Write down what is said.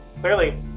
Clearly